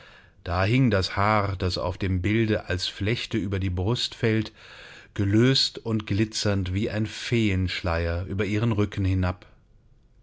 da hing das haar das auf dem bilde als flechte über die brust fällt gelöst und glitzernd wie ein feenschleier über ihren rücken hinab